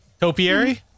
Topiary